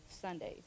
Sundays